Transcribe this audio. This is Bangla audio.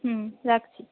হুম রাখছি